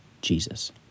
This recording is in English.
Jesus